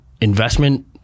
investment